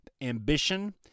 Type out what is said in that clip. ambition